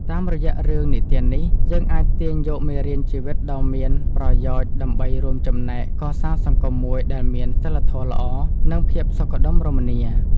តាមរយៈរឿងនិទាននេះ យើងអាចទាញយកមេរៀនជីវិតដ៏មានប្រយោជន៍ដើម្បីរួមចំណែកកសាងសង្គមមួយដែលមានសីលធម៌ល្អ និងភាពសុខដុមរមនា។